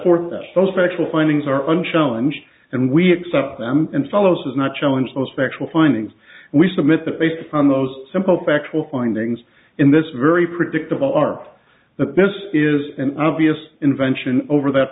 forth those factual findings are on challenge and we accept them and follows not challenge those factual findings we submit that based on those simple factual findings in this very predictable are the best is an obvious invention over that